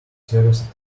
service